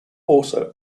also